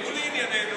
ולענייננו.